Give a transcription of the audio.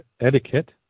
Etiquette